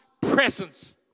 presence